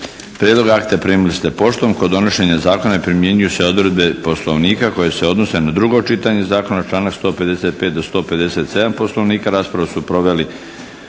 Prijedlog akta primili ste poštom. Kod donošenja zakona primjenjuju se odredbe poslovnika koje se odnose na drugo čitanje zakona članak 155. do 157. poslovnika. Raspravu su proveli